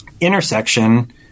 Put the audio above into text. intersection